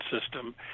system